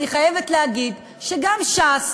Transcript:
אני חייבת להגיד שגם ש"ס,